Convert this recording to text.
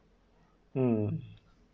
um